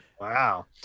Wow